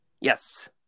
Yes